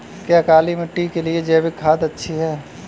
क्या काली मिट्टी के लिए जैविक खाद अच्छी है?